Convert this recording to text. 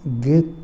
get